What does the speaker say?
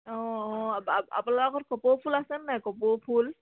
অঁ অঁ আপোনাৰ লগত কপৌ ফুল আছে নাই কপৌ ফুল